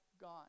gone